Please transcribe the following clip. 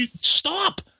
stop